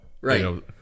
Right